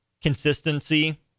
consistency